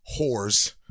whores